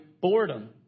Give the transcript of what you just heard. boredom